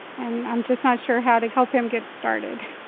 and i'm just not sure how to help him get started